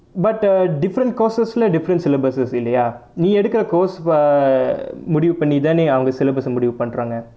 but uh different courses leh different syllabuses இல்லையா நீ எடுக்குற:illaiyaa nee edukkura course முடிவு பண்ணி தானே அவங்க:mudivu panni thaanae avanga syllabus சே முடிவு பண்றாங்க:sae mudivu pandraanga